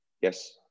Yes